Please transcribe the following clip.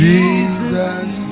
Jesus